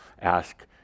ask